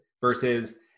versus